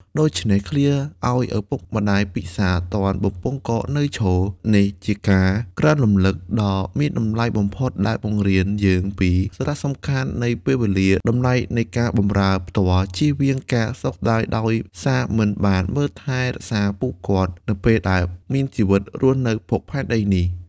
ដូច្នេះ ឃ្លា ឲ្យឪពុកម្តាយពិសារ ទាន់បំពង់ករនៅឈរ នេះជាការក្រើនរំលឹកដ៏មានតម្លៃបំផុតដែលបង្រៀនយើងពីសារៈសំខាន់នៃពេលវេលា តម្លៃនៃការបម្រើផ្ទាល់ ជៀសវាងការសោកស្តាយដោយសារមិនបានមើលថែរក្សាពួកគាត់នៅពេលដែលមានជីវិតរស់នៅភពផែនដីនេះ។